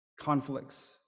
conflicts